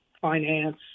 finance